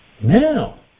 Now